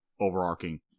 overarching